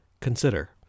Consider